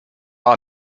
are